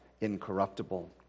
incorruptible